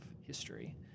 history